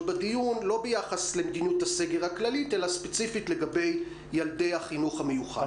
בדיון לא ביחס למדיניות הסגר הכללית אלא ספציפית לגבי ילדי החינוך המיוחד.